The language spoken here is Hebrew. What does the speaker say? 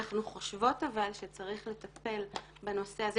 אבל אנחנו חושבות שצריך לטפל בנושא הזה,